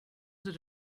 did